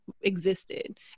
existed